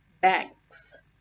banks